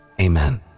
Amen